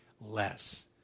less